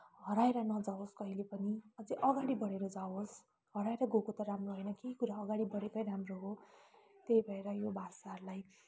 हराएर नजाओस् कहिले पनि अझै अगाडि बढेर जाओस् हराएर गएको त राम्रो होइन केही कुरा अगाडि बढेकै राम्रो हो त्यही भएर यो भाषाहरूलाई